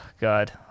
God